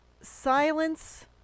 silence